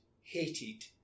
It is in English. hated